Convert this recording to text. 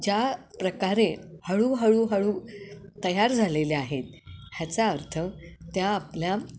ज्या प्रकारे हळूहळूहळू तयार झालेल्या आहेत ह्याचा अर्थ त्या आपल्या